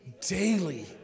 daily